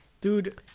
Dude